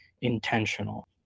intentional